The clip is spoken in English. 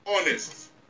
honest